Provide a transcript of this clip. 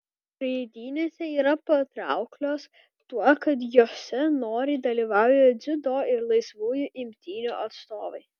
žaidynėse yra patrauklios tuo kad jose noriai dalyvauja dziudo ir laisvųjų imtynių atstovai